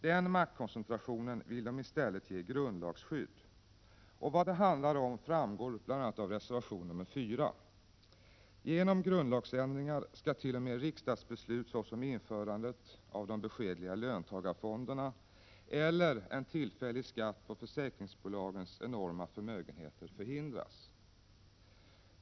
Den maktkoncentrationen vill de i stället ge grundlagsskydd. Vad det handlar om framgår bl.a. av reservation 4. Genom grundlagsändringar skall t.o.m. riksdagsbeslut, såsom införandet av de beskedliga löntagarfonderna eller en tillfällig skatt på försäkringsbolagens enorma förmögenheter, förhindras.